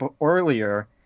earlier